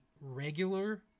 regular